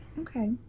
Okay